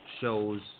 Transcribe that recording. shows